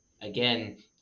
again